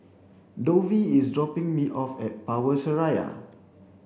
Dovie is dropping me off at Power Seraya